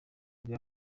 nibwo